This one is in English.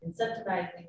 incentivizing